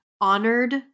honored